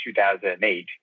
2008